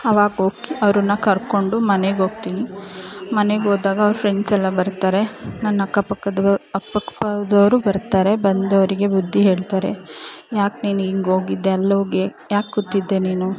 ಅವಾಗ ಹೋಗಿ ಅವ್ರನ್ನು ಕರ್ಕೊಂಡು ಮನೆಗೆ ಹೋಗ್ತೀನಿ ಮನೆಗೆ ಹೋದಾಗ ಅವ್ರ ಫ್ರೆಂಡ್ಸೆಲ್ಲ ಬರ್ತಾರೆ ನನ್ನ ಅಕ್ಕಪಕ್ಕದ ಅಕ್ಕಪಕ್ಕದವ್ರೂ ಬರ್ತಾರೆ ಬಂದು ಅವರಿಗೆ ಬುದ್ದಿ ಹೇಳ್ತಾರೆ ಯಾಕೆ ನೀನು ಹೀಗ್ ಹೋಗಿದ್ದೆ ಅಲ್ಲಿ ಹೋಗಿ ಯಾಕೆ ಕೂತಿದ್ದೆ ನೀನು